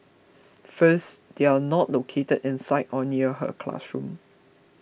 first they are not located inside or near her classroom